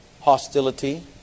Hostility